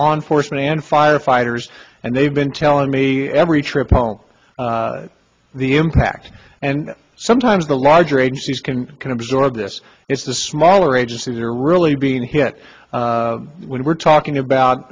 law enforcement and firefighters and they've been telling me every trip home the impact and sometimes the larger agencies can can absorb this it's the smaller agencies are really being hit when we're talking about